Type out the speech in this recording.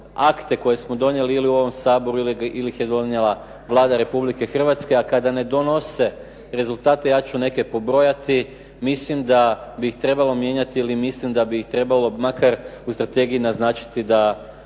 koje smo donijeli ili u ovom Saboru ili ih je donijela Vlada Republike Hrvatske, a kada ne donose rezultate ja ću neke pobrojati. Mislim da bi ih trebalo mijenjati ili mislim da bi ih trebalo makar u strategiji naznačiti da